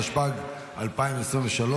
התשפ"ג 2023,